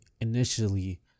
initially